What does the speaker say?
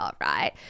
right